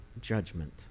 judgment